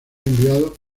enviados